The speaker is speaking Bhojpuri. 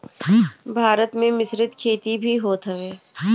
भारत में मिश्रित खेती भी होत हवे